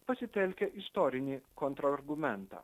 pasitelkia istorinį kontrargumentą